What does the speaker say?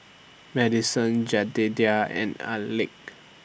Madison Jedediah and Alek